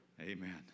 Amen